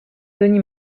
tony